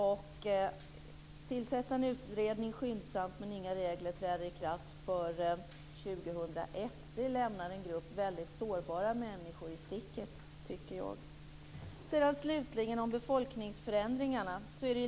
Man tillsätter skyndsamt en utredning, men inga regler träder i kraft före år 2001. Det lämnar en grupp sårbara människor i sticket, tycker jag. Slutligen till befolkningsförändringarna.